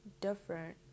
different